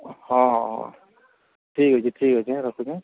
ହଁ ହଁ ହଁ ଠିକ୍ ଅଛି ଠିକ୍ ଅଛି ରଖୁଛୁଁ